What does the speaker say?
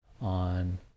on